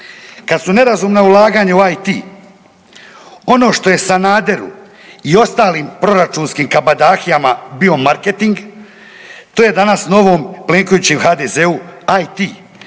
Kad su nerazumna ulaganja u IT, ono što je Sanader i ostali proračunskim kabadahijama bio marketing, to je danas po novom Plenkoviću i HDZ-u, IT.